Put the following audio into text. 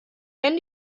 wenn